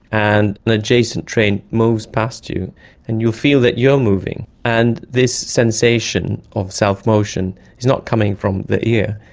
and an adjacent train moves past you and you'll feel that you are moving. and this sensation of self-motion is not coming from the ear,